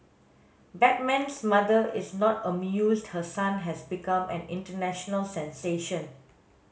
batman's mother is not amused her son has become an international sensation